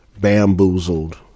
bamboozled